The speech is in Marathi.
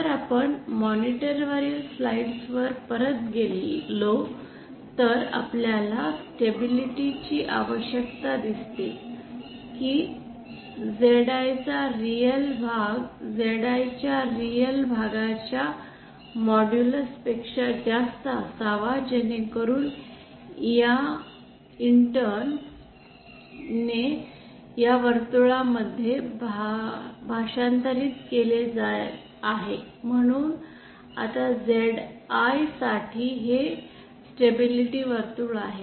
जर आपण मॉनिटर वरील स्लाइड्स वर परत गेलो तर आपल्याला स्टॅबिलिटी ची आवश्यकता दिसते की ZI चा रिअल भाग ZI च्या रिअल भागाच्या मॉड्यूलस पेक्षा जास्त असावा जेणेकरून या इंटर्न ने या वर्तुळमध्ये भाषांतरित केले आहे म्हणून आता ZI साठी हे स्टॅबिलिटी वर्तुळ आहे